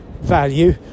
value